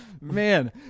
man